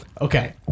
Okay